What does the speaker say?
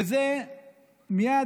וזה מייד,